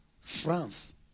France